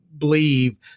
Believe